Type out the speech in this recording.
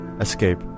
Escape